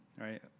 right